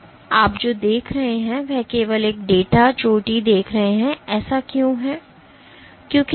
तो आप जो देख रहे हैं वह केवल एक डेटा चोटी देख रहे है ऐसा क्यों है